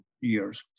years